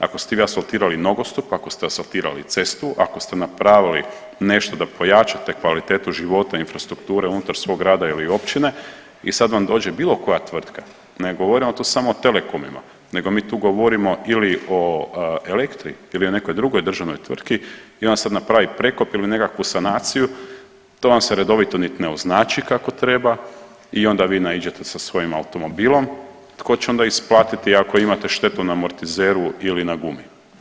Ako ste vi asfaltirali nogostup, ako ste asfaltirali cestu ako ste napravili nešto da pojačate kvalitetu života i infrastrukture unutar svog grada ili općine i sad vam dođe bilo koja tvrtka, ne govorimo mi tu samo o telekomima nego mi tu govorimo ili o Elektri ili o nekoj drugoj državnoj tvrtki i ona sada napravi prekop ili nekakvu sanaciju to vam se redovito nit ne označi kako treba i onda vi naiđete sa svojim automobilom, to će onda isplatiti ako imate štetu na amortizeru ili na gumi?